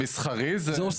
כי מסחרי, זה עוסקים.